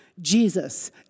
Jesus